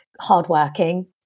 hardworking